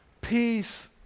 Peace